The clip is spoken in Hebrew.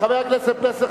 חבר הכנסת פלסנר,